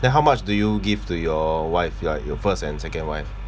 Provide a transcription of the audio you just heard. then how much do you give to your wife your uh your first and second wife